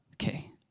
okay